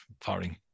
firing